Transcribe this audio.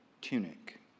tunic